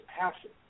passion